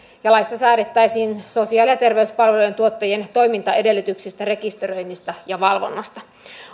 laissa säädettäisiin sosiaali ja terveyspalvelujen tuottajien toimintaedellytyksistä rekisteröinnistä ja valvonnasta